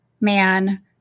man